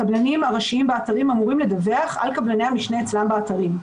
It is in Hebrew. הקבלנים הראשיים באתרים אמורים לדווח על קבלני המשנה אצלם באתרים.